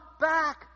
back